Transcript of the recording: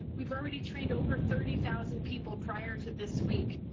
we but already trained over thirty thousand people prior to this week.